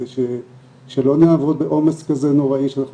כדי שלא נעבוד בעומס כזה נוראי שאנחנו